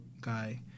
guy